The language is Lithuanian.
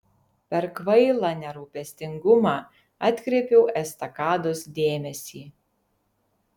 per kvailą nerūpestingumą atkreipiau estakados dėmesį